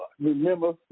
Remember